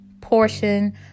portion